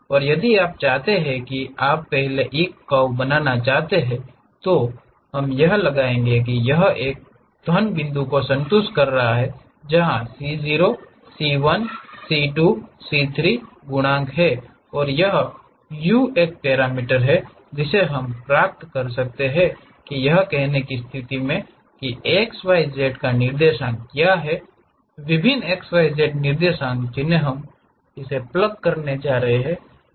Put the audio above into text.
और यदि आप चाहते हैं यदि आप पहले एक कर्व बनाने में रुचि रखते हैं तो हम यह लगाएंगे कि यह एक घन संबंध को संतुष्ट करता है जहां c0 c 1 c 2 c 3 गुणांक हैं और u एक पैरामीटर है जिसे हम प्राप्त कर सकते हैं यह कहने की स्थिति में कि xyz के निर्देशांक क्या हैं विभिन्न xyz निर्देशांक जिन्हें हम इसे प्लग करने जा रहे हैं